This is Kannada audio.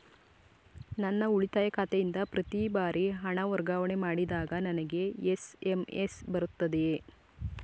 ನನ್ನ ಉಳಿತಾಯ ಖಾತೆಯಿಂದ ಪ್ರತಿ ಬಾರಿ ಹಣ ವರ್ಗಾವಣೆ ಮಾಡಿದಾಗ ನನಗೆ ಎಸ್.ಎಂ.ಎಸ್ ಬರುತ್ತದೆಯೇ?